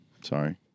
Sorry